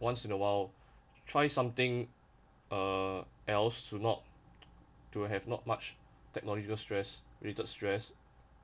once in a while try something uh else to not to have not much technological stress related stress